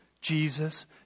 Jesus